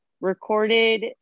recorded